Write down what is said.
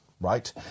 right